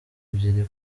ebyiri